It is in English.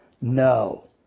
No